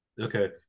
Okay